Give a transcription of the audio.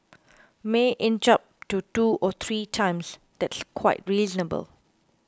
may inch up to two or three times that's quite reasonable